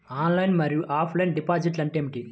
Online మరియు offline deposit అంటే ఏమిటి?